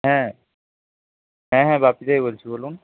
হ্যাঁ হ্যাঁ হ্যাঁ বাপিদাই বলছি বলুন